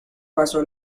pasó